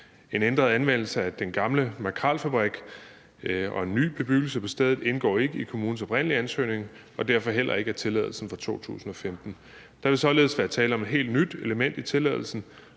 En ændret anvendelse af den gamle makrelfabrik og en ny bebyggelse på stedet indgår ikke i kommunens oprindelige ansøgning og derfor heller ikke af tilladelsen fra 2015. Der vil således være taler om et helt nyt element i tilladelsen.